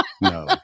no